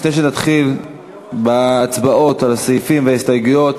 לפני שנתחיל בהצבעות על הסעיפים וההסתייגויות